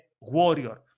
warrior